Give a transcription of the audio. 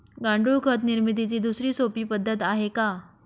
गांडूळ खत निर्मितीची दुसरी सोपी पद्धत आहे का?